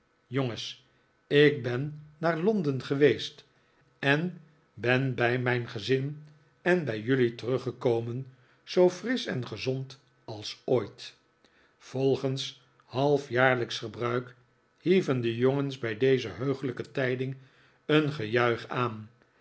jongens ik ben naar londen geweest en ben bij mijn gezin en bij jullie teruggekomen zoo frisch en gezond als ooit volgens halfjaarlijksch gebruik hieven de jongens bij deze heuglijke tijding een gejuich aan